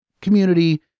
community